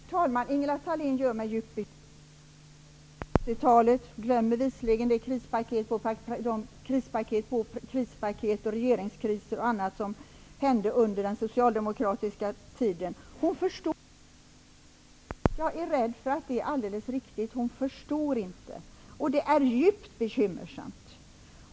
Herr talman! Ingela Thalén gör mig bekymrad när hon talar om 80-talet. Hon glömmer de krispaket på krispaket och regeringskriser osv. som tillkom under den socialdemokratiska tiden. Jag är rädd för att hon inte förstår. Det är djupt bekymmersamt.